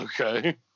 Okay